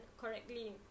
correctly